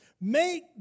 Make